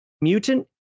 Mutant